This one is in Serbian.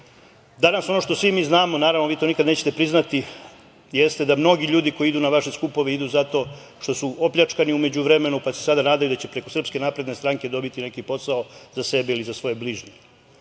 ono što svi mi znamo, naravno vi to nikada nećete prizvati, jeste da mnogi ljudi koji idu na vaše skupove idu zato što su opljačkali u međuvremenu, pa se sada nadaju da će preko SNS dobiti neki posao za sebe ili za svoje bližnje.